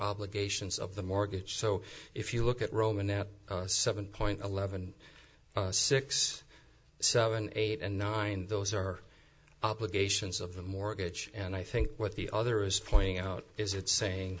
obligations of the mortgage so if you look at roma now seven point eleven six seven eight and nine those are obligations of the mortgage and i think what the other is pointing out is it's saying